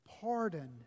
pardon